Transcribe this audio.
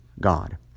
God